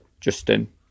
Justin